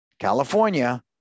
California